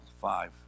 five